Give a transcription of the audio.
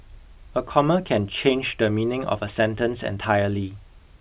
a comma can change the meaning of a sentence entirely